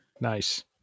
nice